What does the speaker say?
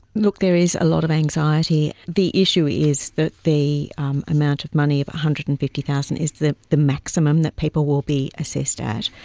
look, there is a lot of anxiety. the issue is that the amount of money of one ah hundred and fifty thousand is the the maximum that people will be assessed at,